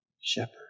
shepherd